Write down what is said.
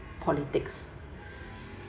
politics